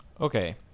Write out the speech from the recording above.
Okay